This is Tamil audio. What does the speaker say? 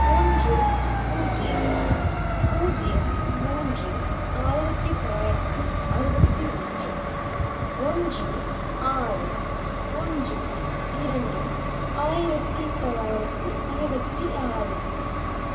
ஒன்று பூஜ்ஜியம் பூஜ்ஜியம் மூன்று ஆயிரத்தி தொள்ளாயிரத்தி அறுபத்தி ஒன்று ஒன்று ஆறு ஒன்று இரண்டு ஆயிரத்தி தொள்ளாயிரத்தி அறுபத்தி ஆறு